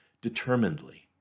determinedly